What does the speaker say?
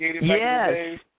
Yes